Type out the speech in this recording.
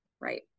right